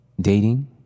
Dating